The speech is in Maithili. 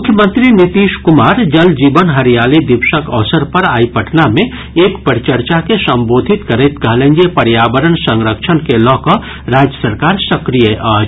मुख्यमंत्री नीतीश कुमार जल जीवन हरियाली दिवसक अवसर पर आइ पटना मे एक परिचर्चा के संबोधित करैत कहलनि जे पर्यावरण संरक्षण के लऽ कऽ राज्य सरकार सक्रिय अछि